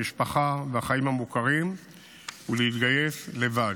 המשפחה והחיים המוכרים ולהתגייס לבד.